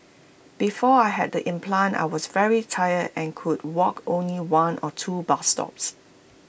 before I had the implant I was very tired and could walk only one or two bus stops